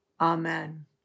Amen